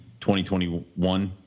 2021